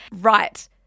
Right